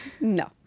no